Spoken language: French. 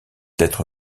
être